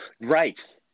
right